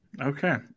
Okay